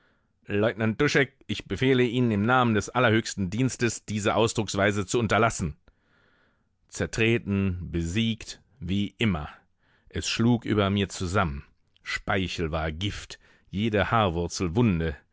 ich befehle ihnen im namen des allerhöchsten dienstes diese ausdrucksweise zu unterlassen zertreten besiegt wie immer es schlug über mir zusammen speichel war gift jede haarwurzel wunde